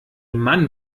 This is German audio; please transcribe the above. mann